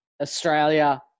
Australia